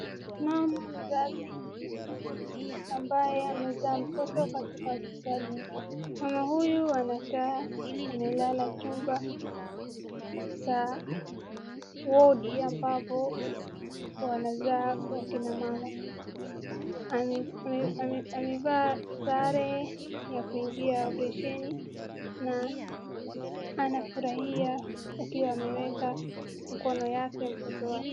Mama mzazi ambaye amezaa mtoto katika hospitalini. Mama huyu anakaa amelala chumba cha ward ambapo wanazaa wakina mama. Amevaa sare ya kuingia opareshieni na anafurahia akiwa ameweka mkono yake mtoto wake.